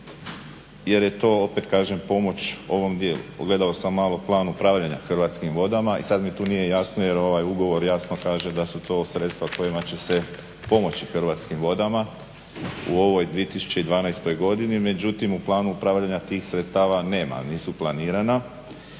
jer je to opet kažem pomoć ovom dijelu. Pogledao sam malo Plan upravljanja Hrvatskim vodama i sad mi tu nije jasno jer ovaj ugovor jasno kaže da su to sredstva kojima će se pomoći Hrvatskim vodama u ovoj 2012. godini, međutim u Planu upravljanja tih sredstava nema, nisu planirana.